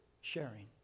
sharing